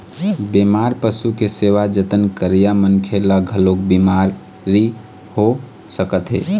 बेमार पशु के सेवा जतन करइया मनखे ल घलोक बिमारी हो सकत हे